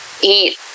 eat